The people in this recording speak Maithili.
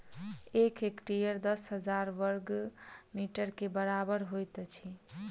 एक हेक्टेयर दस हजार बर्ग मीटर के बराबर होइत अछि